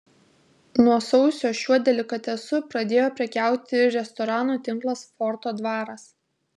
nuo sausio šiuo delikatesu pradėjo prekiauti ir restoranų tinklas forto dvaras